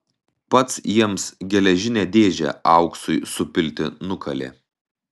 pats jiems geležinę dėžę auksui supilti nukalė